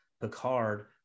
Picard